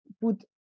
put